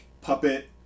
puppet